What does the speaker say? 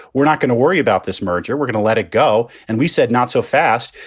we're not going to worry about this merger. we're going to let it go. and we said not so fast.